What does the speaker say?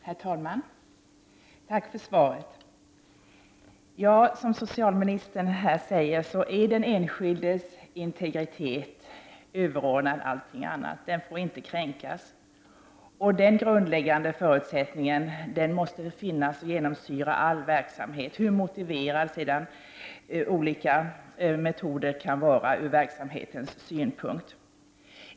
Herr talman! Tack för svaret. a Som socialministern säger är den enskildes integritet överordnad allt annat. Den får inte kränkas. Den grundläggande förutsättningen måste genomsyra all verksamhet, hur motiverad olika metoder än kan vara ur verksamhetens synpunkt.